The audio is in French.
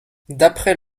d’après